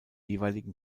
jeweiligen